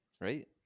right